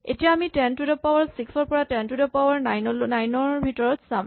এতিয়া আমি ten to the power six ৰ পৰা ten to the power nine ৰ ভিতৰত চাম